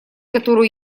которую